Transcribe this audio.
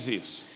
isso